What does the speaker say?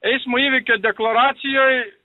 eismo įvykio deklaracijoj